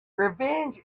revenge